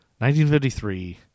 1953